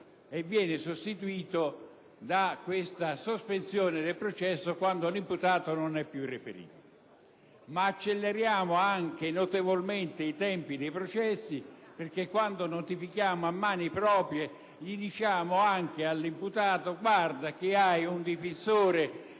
e sostituito da questa sospensione del processo quando l'imputato non è più reperibile), ma acceleriamo anche notevolmente i tempi dei processi. Infatti, quando notifichiamo a mani proprie diciamo all'imputato: «Guarda che hai un difensore